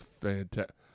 fantastic